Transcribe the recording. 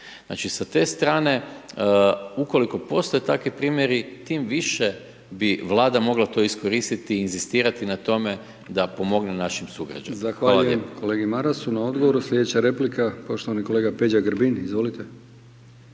Znači, sa te strane ukoliko postoje takvi primjeri, tim više bi Vlada mogla to iskoristiti, inzistirati na tome da pomogne našim sugrađanima. Hvala lijepa. **Brkić, Milijan (HDZ)** Zahvaljujem kolegi Marasu na odgovoru. Slijedeća replika poštovani kolega Peđa Grbin, izvolite.